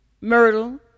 Myrtle